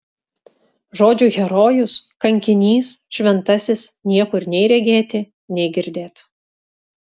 žodžių herojus kankinys šventasis niekur nei regėti nei girdėt